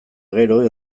gero